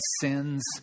sins